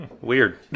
Weird